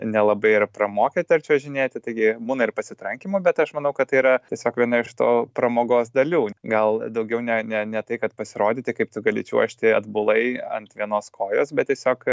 nelabai ir pramokę dar čiuožinėti taigi būna ir pasitrankymų bet aš manau kad tai yra tiesiog viena iš to pramogos dalių gal daugiau ne ne ne tai kad pasirodyti kaip tu gali čiuožti atbulai ant vienos kojos bet tiesiog